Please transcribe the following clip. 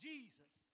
Jesus